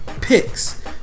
picks